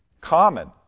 common